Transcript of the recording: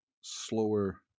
slower